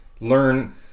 learn